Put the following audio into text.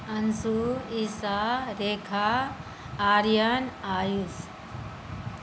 Anshu Isha Rekha Aryan Ayush